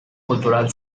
cultural